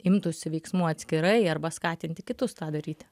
imtųsi veiksmų atskirai arba skatinti kitus tą daryti